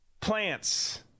plants